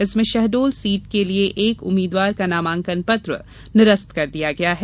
इसमें शहडोल सीट के लिए एक उम्मीदवार का नामांकन पत्र निरस्त कर दिया गया है